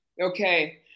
Okay